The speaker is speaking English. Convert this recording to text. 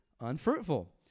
unfruitful